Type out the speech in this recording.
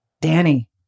Danny